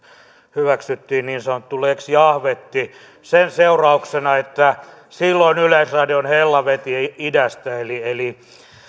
hyväksyttiin niin sanottu lex jahvetti sen seurauksena että silloin yleisradion hella veti idästä eli eli